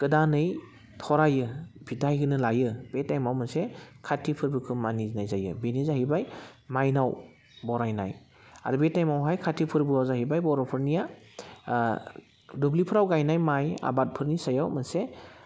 गोदानै थरायो फिथाइ होनो लायो बे टाइमाव मोनसे काति फोरबोखौ मानिनाय जायो बेनो जाहैबाय मायनाव बरायनाय आरो बे टाइमावहाय काति फोरबोआव जाहैबाय बर'फोरनिया दुब्लिफ्राव गायनाय माय आबादफोरनि सायाव मोनसे